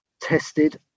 tested